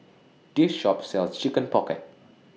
This Shop sells Chicken Pocket